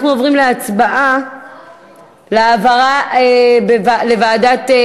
אנחנו עוברים להצבעה על העברה לוועדת,